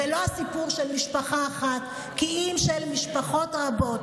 זה לא הסיפור של משפחה אחת כי אם של משפחות רבות.